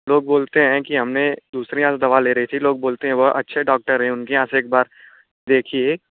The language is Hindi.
लोग बोलते है कि हमने दूसरे यहाँ से जो दवा ले रही थी लोग बोलते हैं वह अच्छे डौकटर हैं उनके यहाँ से एक बार देखिए